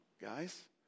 guys